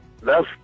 love